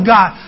God